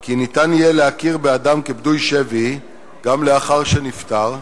כי ניתן יהיה להכיר באדם כפדוי שבי גם לאחר שנפטר,